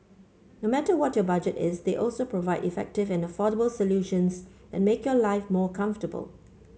no matter what your budget is they also provide effective and affordable solutions that make your life more comfortable